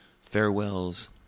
Farewells